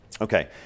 Okay